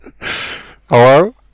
Hello